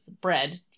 bread